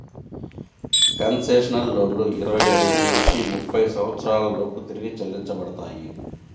concessional లోన్లు ఇరవై ఐదు నుంచి ముప్పై సంవత్సరాల లోపు తిరిగి చెల్లించబడతాయి